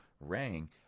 rang